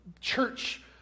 church